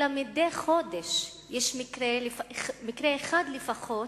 אלא מדי חודש יש מקרה אחד לפחות